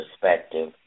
perspective